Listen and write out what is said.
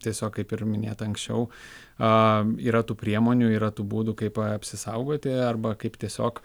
tiesiog kaip ir minėta anksčiau yra tų priemonių yra tų būdų kaip apsisaugoti arba kaip tiesiog